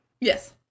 yes